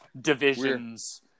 divisions